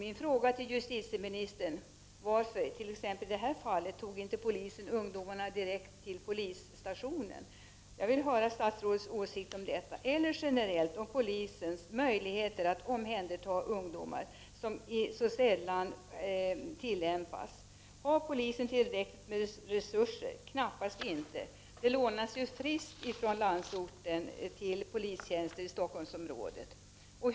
Min fråga till justitieministern är: Varför tog inte polisen i detta fall ungdomarna direkt till polisstationen? Jag vill höra statsrådets uppfattning om detta, eller generellt om polisens möjligheter att omhänderta ungdomar som så sällan tillämpas. Har polisen tillräckligt med resurser? Knappast. Det lånas friskt från landsorten folk till polistjänster i Stockholmsområdet.